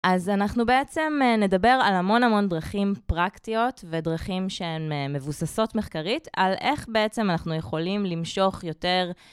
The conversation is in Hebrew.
אז אנחנו בעצם נדבר על המון המון דרכים פרקטיות ודרכים שהן מבוססות מחקרית, על איך בעצם אנחנו יכולים למשוך יותר...